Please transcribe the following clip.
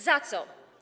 Za co?